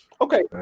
Okay